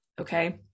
okay